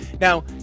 Now